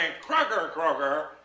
crocker-crocker